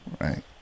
right